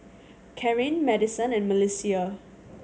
Carin Madisen and Melissia